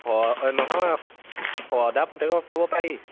নহয় সদা পুতেকক ক'ব পাৰি